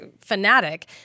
fanatic